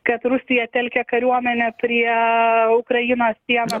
kad rusija telkia kariuomenę prie ukrainos sienos